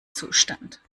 zustand